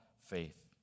faith